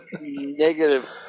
Negative